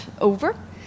over